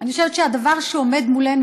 אני חושבת שהדבר שעומד מולנו,